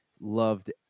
loved